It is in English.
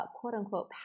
quote-unquote